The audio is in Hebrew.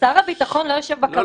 שר הביטחון לא יושב בקבינט?